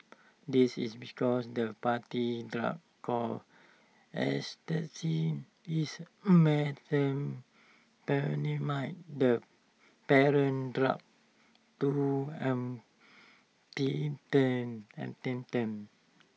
this is because the party drug called ecstasy is methamphetamine the parent drug to